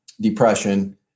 depression